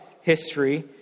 history